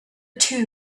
two